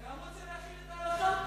אתה גם רוצה להחיל את ההלכה?